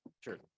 sure